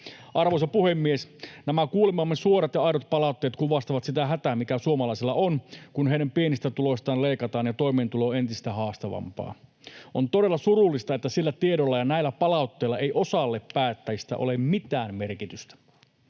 Arvoisa puhemies! Nämä kuulemamme suorat ja aidot palautteet kuvastavat sitä hätää, mikä suomalaisilla on, kun heidän pienistä tuloistaan leikataan ja toimeentulo on entistä haastavampaa. On todella surullista, että sillä tiedolla ja näillä palautteilla ei osalle päättäjistä ole mitään merkitystä.